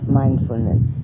mindfulness